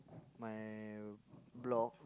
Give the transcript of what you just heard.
my block